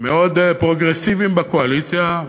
מאוד פרוגרסיביים בקואליציה,